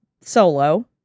solo